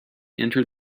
entered